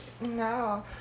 No